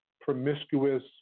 promiscuous